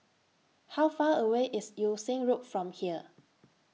How Far away IS Yew Siang Road from here